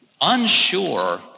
unsure